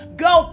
go